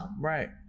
Right